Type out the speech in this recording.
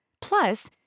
Plus